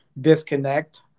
disconnect